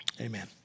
Amen